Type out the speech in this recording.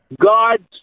God